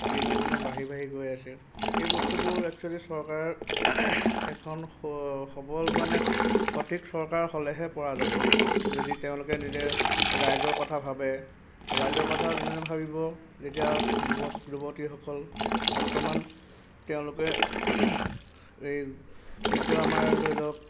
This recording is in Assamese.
দিনক দিনে বাঢ়ি বাঢ়ি গৈ আছে এই বস্তুবোৰ একচুৱেলি চৰকাৰে এখন স সবল মানে সঠিক চৰকাৰ হ'লেহে পৰা যাব যদি তেওঁলোকে নিজে ৰাইজৰ কথা ভাবে ৰাইজৰ কথা যোনে ভাবিব যেতিয়া যুৱক যুৱতীসকল বৰ্তমান তেওঁলোকে এই যিটো আমাৰ ধৰি লওক